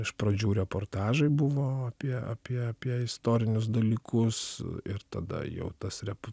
iš pradžių reportažai buvo apie apie apie istorinius dalykus ir tada jau tas repu